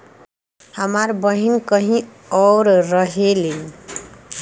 हमार बहिन कहीं और रहेली